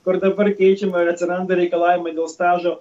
kur dabar keičiama ir atsiranda reikalavimai dėl stažo